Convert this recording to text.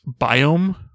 biome